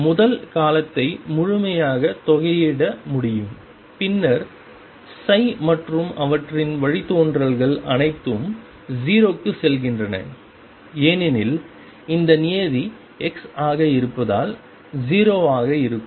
முதல் காலத்தை முழுமையாக தொகையீட முடியும் பின்னர் மற்றும் அவற்றின் வழித்தோன்றல்கள் அனைத்தும் 0 க்குச் செல்கின்றன ஏனெனில் இந்த நியதி x ஆக இருப்பதால் 0 ஆக இருக்கும்